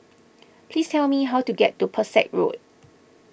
please tell me how to get to Pesek Road